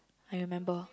I remember